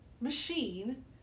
machine